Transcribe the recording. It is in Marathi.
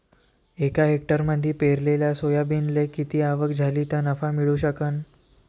एका हेक्टरमंदी पेरलेल्या सोयाबीनले किती आवक झाली तं नफा मिळू शकन?